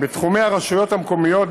בתחומי הרשויות המקומיות,